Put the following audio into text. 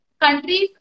countries